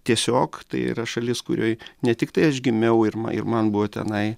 tiesiog tai yra šalis kurioj ne tiktai aš gimiau ir ma ir man buvo tenai